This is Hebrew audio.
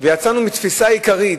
יצאנו מתפיסה עיקרית,